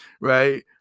right